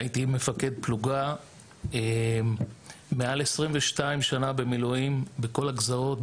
הייתי מפקד פלוגה מעל 22 שנה במילואים בכל הגזרות.